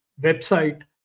website